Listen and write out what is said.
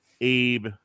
Abe